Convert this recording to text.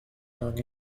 among